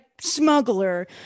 smuggler